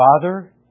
father